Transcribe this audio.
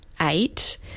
eight